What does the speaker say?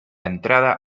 entrada